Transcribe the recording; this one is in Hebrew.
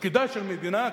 ותפקידה של מדינה,